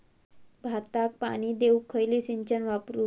भाताक पाणी देऊक खयली सिंचन वापरू?